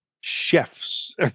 chefs